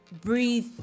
breathe